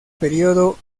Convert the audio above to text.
período